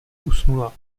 usnula